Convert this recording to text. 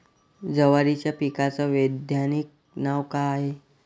जवारीच्या पिकाचं वैधानिक नाव का हाये?